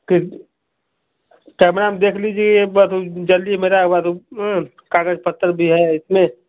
कित कैमरा आप देख लीजिये एक बार तो जल्दी मेरा कागज पत्तर भी है इसमें